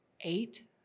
eight